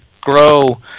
grow